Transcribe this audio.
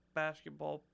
basketball